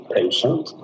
patient